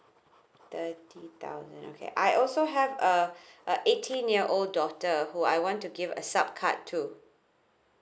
thirty thousand okay I also have a a eighteen year old daughter who I want to give a sub card to